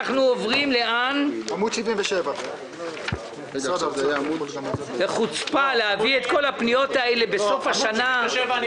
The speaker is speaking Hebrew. אנחנו עוברים לעמוד 77. חוצפה להביא את כל הפניות האלה בסוף השנה.